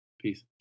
peace